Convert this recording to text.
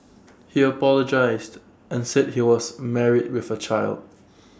he apologised and said he was married with A child